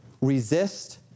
resist